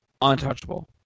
untouchable